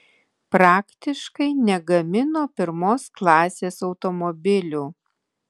praktiškai negamino pirmos klasės automobilių